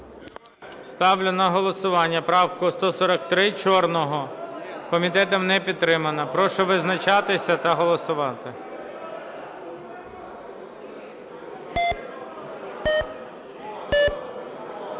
Ставлю на голосування правку 143 Чорного. Комітетом не підтримана. Прошу визначатися та голосувати.